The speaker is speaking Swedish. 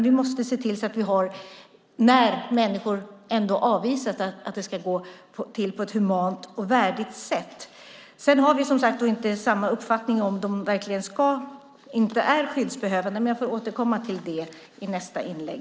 Vi måste se till att avvisningar går till på ett humant och värdigt sätt. Sedan finns olika uppfattningar huruvida de är skyddsbehövande eller ej, men jag får återkomma till det i nästa inlägg.